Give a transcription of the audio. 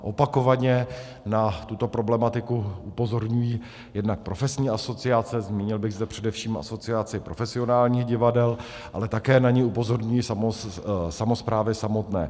Opakovaně na tuto problematiku upozorňují jednak profesní asociace, zmínil bych zde především Asociaci profesionálních divadel, ale také na ni upozorňují samosprávy samotné.